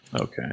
Okay